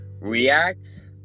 react